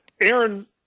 Aaron